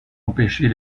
empêcher